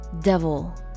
Devil